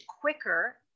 quicker